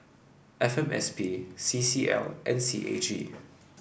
F M S P C C L and C A G